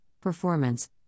performance